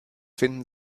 finden